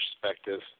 perspective